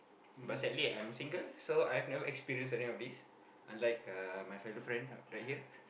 but sadly I'm single so I've never experience any of this unlike uh my fellow friend right here